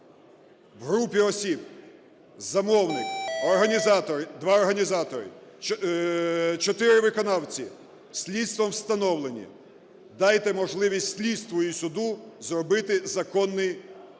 в групі осіб: замовник, організатор... два організатори, чотири виконавці – слідством встановлені. Дайте можливість слідству і суду зробити законний висновок.